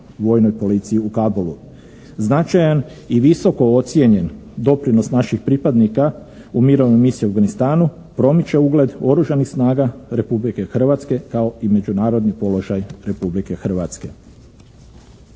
vojnoj policiji u Kabulu. Značajan i visoko ocijenjen doprinos naših pripadnika u mirovnoj misiji u Afganistanu promiče ugled Oružanih snaga Republike Hrvatske kao i međunarodni položaj Republike Hrvatske.